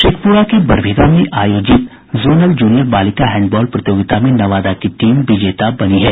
शेखप्रा के बरबीघा में आयोजित जोनल जूनियर बालिका हैंडबॉल प्रतियोगिता में नवादा की टीम विजेता बनी है